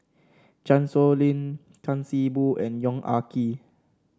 Chan Sow Lin Tan See Boo and Yong Ah Kee